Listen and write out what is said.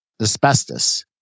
asbestos